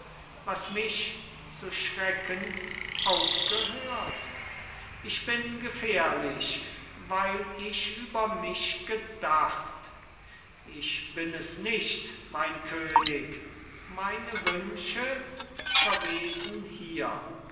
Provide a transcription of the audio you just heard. was mich zu schrecken aufgehört ich bin gefährlich weil ich über mich gedacht ich bin es nicht mein könig meine wünsche verwesen hier